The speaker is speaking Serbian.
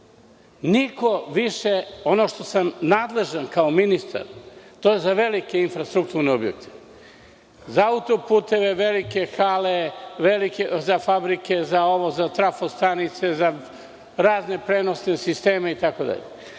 za šta sam nadležan kao ministar, za velike infrastrukturne objekte, za auto-puteve, velike hale, fabrike, za trafo stanice, za razne prenosne sisteme itd,